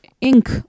ink